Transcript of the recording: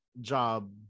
job